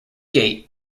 gate